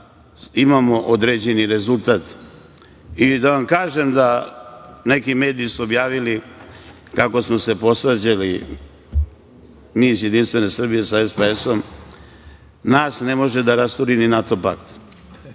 imamo određeni rezultat. Da vam kažem da su neki mediji objavili kako smo se posvađali mi iz JS sa SPS - nas ne može da rasturi ni NATO pakt.